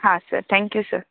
हां sir thank you sir